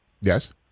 Yes